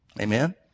Amen